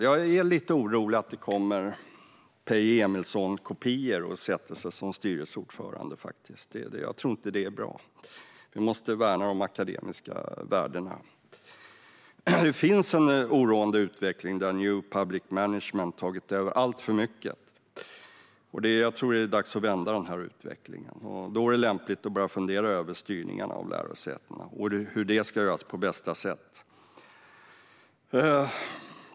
Jag är lite orolig för att Peje Emilsson-kopior kommer att sätta sig som styrelseordförande. Jag tror inte att det vore bra. Vi måste värna de akademiska värdena. Det finns en oroande utveckling där new public management tagit över alltför mycket. Jag tror att det är dags att vända den utvecklingen. Då är det lämpligt att börja fundera över styrningen av lärosätena och hur den ska ske på bästa sätt.